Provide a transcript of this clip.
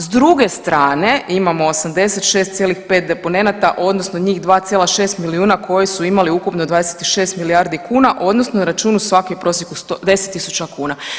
S druge strane imamo 86,5 deponenata odnosno njih 2,6 milijuna koji su imali ukupno 26 milijardi kuna odnosno na računu svaki u prosjeku 10.000 kuna.